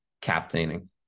captaining